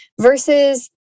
versus